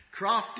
crafted